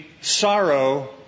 sorrow